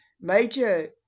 major